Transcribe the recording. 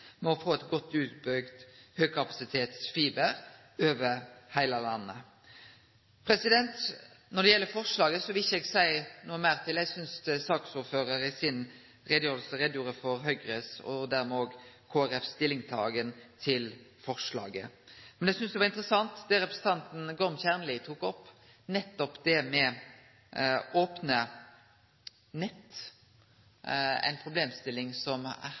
få eit godt utbygd høgkapasitetsfiberbreiband over heile landet. Når det gjeld forslaget, vil eg ikkje seie noko meir om det. Eg synest saksordføraren i si utgreiing gjorde godt greie for korleis Høgre og dermed òg Kristeleg Folkeparti stiller seg til forslaget. Eg synest det som representanten Gorm Kjernli tok opp om opne nett var interessant, og det er nok ei problemstilling som